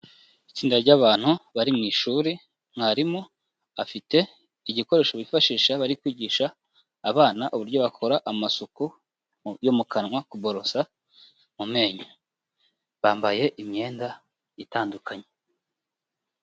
Itsinda ry'abantu bari mu ishuri, mwarimu afite igikoresho bifashisha bari kwigisha abana uburyo bakora amasuku yo mu kanwa kubororosa mu menyo, bambaye imyenda itandukanye.